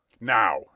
Now